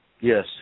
Yes